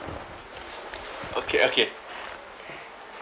okay okay